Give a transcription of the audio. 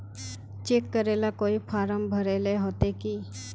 Cheque करेला कोई form भरेले होते की?